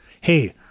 hey